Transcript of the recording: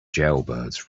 jailbirds